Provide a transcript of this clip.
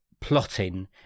plotting